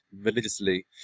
religiously